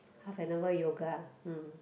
half an hour yoga